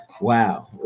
Wow